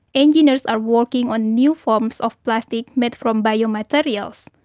engineers are working on new forms of plastic made from biomaterials,